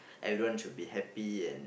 everyone should be happy and